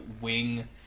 wing